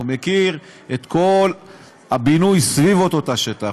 מכיר את כל הבינוי סביב אותו תא שטח,